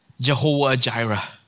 Jehovah-Jireh